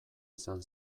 izan